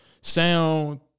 sound